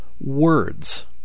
words